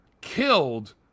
killed